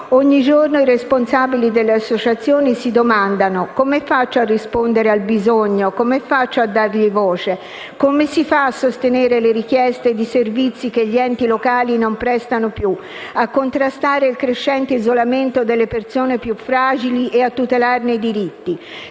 Ogni giorno i responsabili delle associazioni si domandano: «Come faccio a rispondere al bisogno, come faccio a dargli voce? Come si fa a sostenere le richieste di servizi che gli enti locali non prestano più e a contrastare il crescente isolamento delle persone più fragili e a tutelarne i diritti?